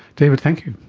david, thank you.